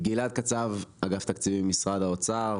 אגף התקציבים, משרד האוצר.